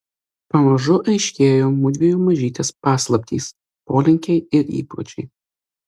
pamažu aiškėjo mudviejų mažytės paslaptys polinkiai ir įpročiai